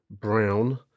Brown